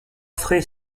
frais